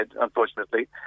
unfortunately